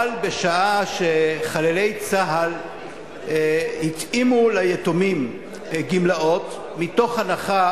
אבל בשעה שליתומי חללי צה"ל התאימו גמלאות מתוך הנחה